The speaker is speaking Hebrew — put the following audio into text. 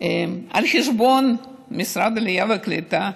על חשבון משרד העלייה והקליטה,